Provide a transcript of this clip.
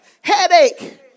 headache